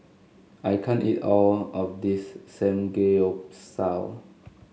I can't eat all of this Samgeyopsal